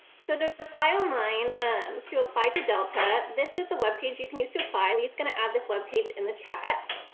so to apply online um to apply to delta this is the webpage you can use to apply, and le's going to add this webpage in the chat